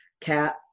cat